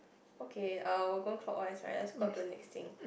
okay I'll go clockwise right let's go out the next thing